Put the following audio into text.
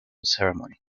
ceremony